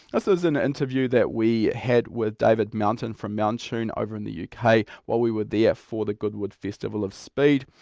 so is an interview that we had with david mountain from mountune over in the u k. while we were there ah for the goodwood festival of speed.